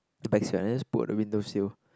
the backseat right then just pull out the windowsill